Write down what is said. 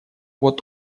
вот